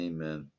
Amen